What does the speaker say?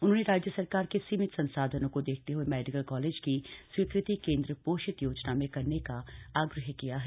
उन्होंने राज्य सरकार के सीमित संसाधनों को देखते हूए मेडिकल कॉलेज की स्वीकृति केन्द्र पोषित योजना में करने का आग्रह किया है